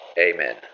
Amen